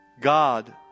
God